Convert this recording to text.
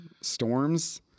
Storms